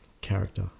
character